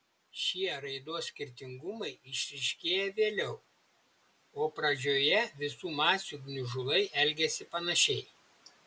šie raidos skirtingumai išryškėja vėliau o pradžioje visų masių gniužulai elgiasi panašiai